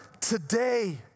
today